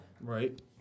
Right